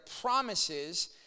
promises